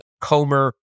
Comer